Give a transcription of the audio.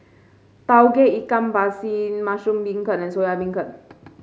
Tauge Ikan Masin Mushroom Beancurd and Soya Beancurd